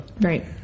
Right